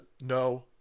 no